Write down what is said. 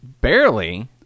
Barely